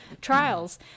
trials